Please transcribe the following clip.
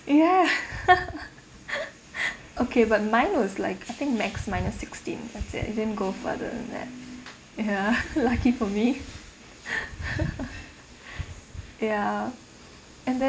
ya okay but mine was like I think max minus sixteen that's it it didn't go further than that ya lucky for me ya and then